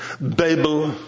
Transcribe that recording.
Babel